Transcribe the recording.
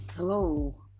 Hello